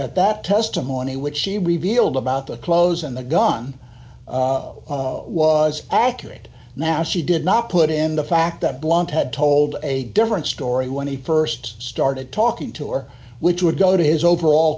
that that testimony which she revealed about the clothes and the gun was accurate now she did not put in the fact that blunt had told a different story when he st started talking to or which would go to his overall